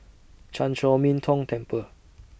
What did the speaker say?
Chan Chor Min Tong Temple